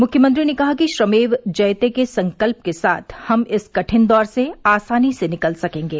मुख्यमंत्री ने कहा कि श्रमेव जयते के संकल्प के साथ हम इस कठिन दौर से आसानी से निकल सकेंगे